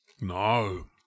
No